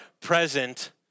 present